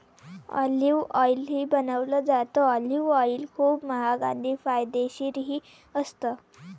olive ऑईलही बनवलं जातं, ऑलिव्ह ऑईल खूप महाग आणि फायदेशीरही असतं